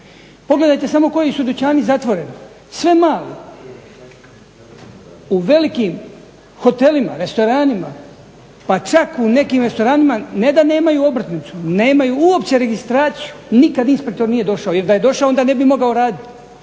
Pogledajte samo koji su dućani zatvoreni. Sve mali. U velikim hotelima, restoranima, pa čak u nekim restoranima ne da nemaju obrtnicu, nemaju uopće registraciju. Nikad inspektor nije došao, jer da je došao onda ne bi mogao raditi.